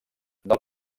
del